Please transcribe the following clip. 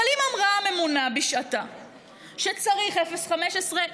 אבל אם אמרה הממונה בשעתה שצריך 0.15,